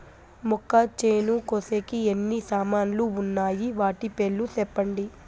మొక్కచేను కోసేకి ఎన్ని సామాన్లు వున్నాయి? వాటి పేర్లు సెప్పండి?